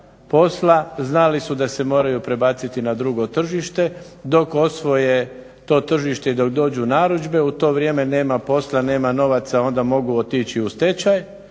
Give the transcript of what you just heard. znali su da se moraju prebaciti na drugo tržište, dok osvoje to tržište i dok dođu narudžbe u to vrijeme nema posla, nema novaca, onda mogu otići u stečaj